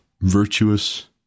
virtuous